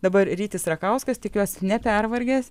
dabar rytis rakauskas tikiuosi nepervargęs